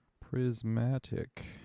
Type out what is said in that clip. prismatic